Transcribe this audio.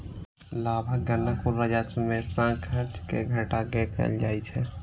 लाभक गणना कुल राजस्व मे सं खर्च कें घटा कें कैल जाइ छै